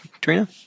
Trina